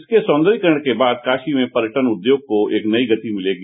इसके सौंदर्यीकरण के बाद काशी में पर्यटन उद्योग को भी एक नई गति मिलेगी